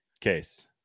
case